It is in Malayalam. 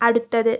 അടുത്തത്